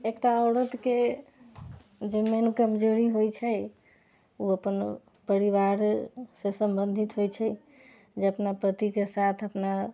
एकटा औरतके जे मेन कमजोरी होइ छै ओ अपन परिवारसँ सम्बन्धित होइ छै जे अपना पतिके साथ अपना